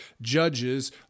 judges